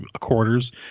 quarters